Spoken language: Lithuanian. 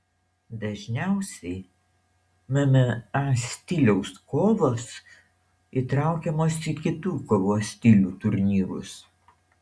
dažniausiai mma stiliaus kovos įtraukiamos į kitų kovos stilių turnyrus